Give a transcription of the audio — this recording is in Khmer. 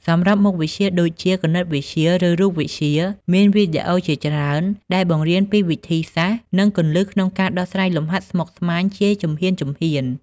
សម្រាប់មុខវិជ្ជាដូចជាគណិតវិទ្យា ឬរូបវិទ្យា មានវីដេអូជាច្រើនដែលបង្រៀនពីវិធីសាស្ត្រ និងគន្លឹះក្នុងការដោះស្រាយលំហាត់ស្មុគស្មាញជាជំហានៗ។